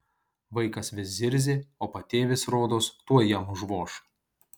vaikas vis zirzė o patėvis rodos tuoj jam užvoš